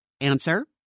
Answer